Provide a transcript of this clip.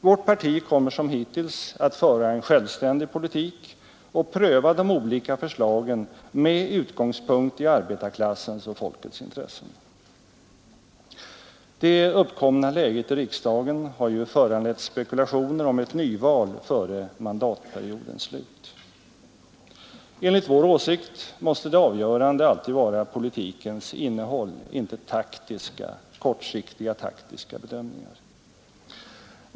Vårt parti kommer att som hittills föra en självständig politik och pröva de olika förslagen med utgångspunkt i arbetarklassens och folkets intressen. Det uppkomna läget i riksdagen har föranlett spekulationer om ett nyval före mandatperiodens slut. Det avgörande måste enligt vår åsikt alltid vara politikens innehåll, inte kortsiktiga taktiska bedömningar.